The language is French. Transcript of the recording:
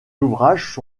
ouvrages